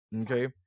Okay